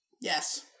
yes